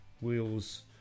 Wheels